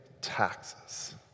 taxes